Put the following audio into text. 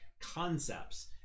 Concepts